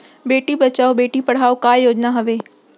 बेटी बचाओ बेटी पढ़ाओ का योजना हवे?